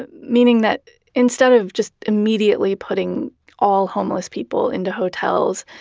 and meaning that instead of just immediately putting all homeless people into hotels,